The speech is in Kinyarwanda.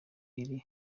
iri